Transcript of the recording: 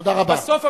תודה רבה.